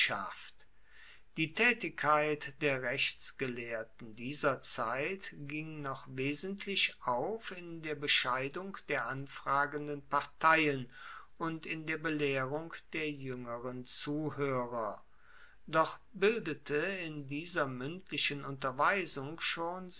die taetigkeit der rechtsgelehrten dieser zeit ging noch wesentlich auf in der bescheidung der anfragenden parteien und in der belehrung der juengeren zuhoerer doch bildete in dieser muendlichen unterweisung schon